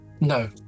No